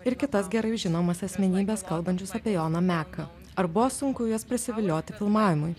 ir kitas gerai žinomas asmenybes kalbančius apie joną meką ar buvo sunku juos prisivilioti filmavimui